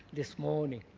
this morning?